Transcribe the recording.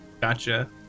gotcha